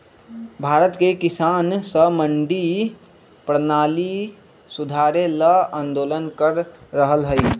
भारत के किसान स मंडी परणाली सुधारे ल आंदोलन कर रहल हए